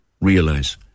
realize